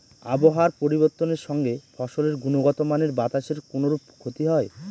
আবহাওয়ার পরিবর্তনের সঙ্গে ফসলের গুণগতমানের বাতাসের কোনরূপ ক্ষতি হয়?